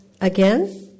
again